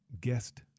Guest